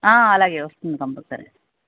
అలాగే వస్తుంది కంపల్సరీ